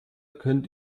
könnt